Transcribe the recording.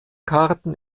karten